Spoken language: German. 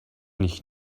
nicht